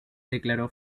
declaró